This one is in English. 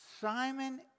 Simon